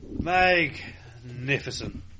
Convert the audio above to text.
magnificent